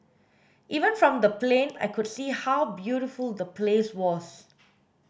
even from the plane I could see how beautiful the place was